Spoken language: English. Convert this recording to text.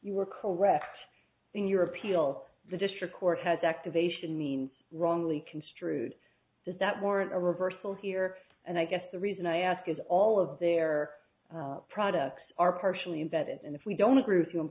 you were correct in your appeal the district court has activation means wrongly construed does that warrant a reversal here and i guess the reason i ask is all of their products are partially in that it and if we don't agree with